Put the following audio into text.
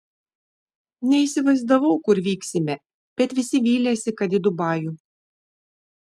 neįsivaizdavau kur vyksime bet visi vylėsi kad į dubajų